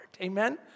amen